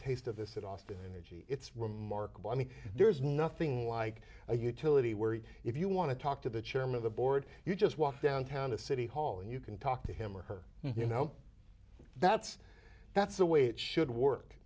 taste of this at austin energy it's remarkable i mean there's nothing like a utility where you if you want to talk to the chairman of the board you just walk down town to city hall and you can talk to him or her you know that's that's the way it should work